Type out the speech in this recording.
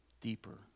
Deeper